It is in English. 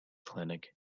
clinic